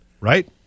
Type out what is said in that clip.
right